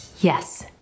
yes